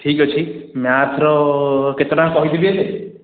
ଠିକ୍ ଅଛି ମ୍ୟାଥର କେତେ ଟଙ୍କା କହିଥିଲି ଏବେ